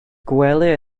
gwely